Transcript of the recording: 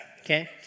Okay